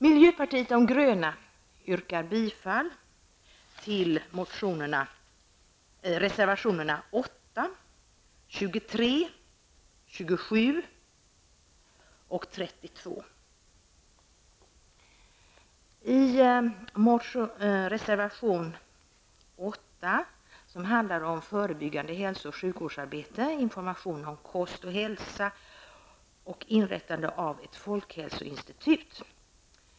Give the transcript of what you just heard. Reservation nr 8 behandlar förebyggande hälsooch sjukvårdsarbete. Reservation nr 11 tar upp kost och hälsa, och reservation nr 12 handlar om inrättande av ett folkhälsoinstitut.